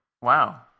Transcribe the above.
Wow